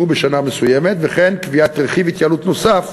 בשנה מסוימת וכן רכיב התייעלות נוסף,